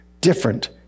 different